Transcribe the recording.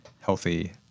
healthy